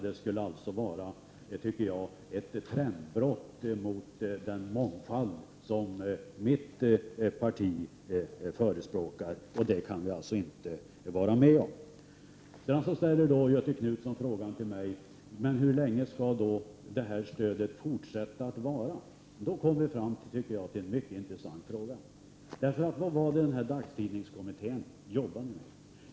Det skulle, tycker jag, vara ett trendbrott när det gäller den mångfald som vi i mitt parti förespråkar, så någonting sådant kan vi inte vara med på. Göthe Knutson frågade mig hur länge man skall fortsätta med det här stödet, och då kommer vi till en mycket intressant sak. Vad var det som vi i dagstidningskommittén jobbade med?